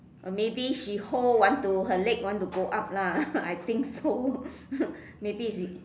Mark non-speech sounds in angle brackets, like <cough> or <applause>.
or maybe she hold want to her leg want to go up lah I think so <laughs> maybe she